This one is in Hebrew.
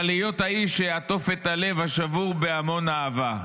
אבל להיות האיש שיעטוף את הלב השבור בהמון אהבה".